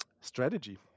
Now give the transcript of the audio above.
strategy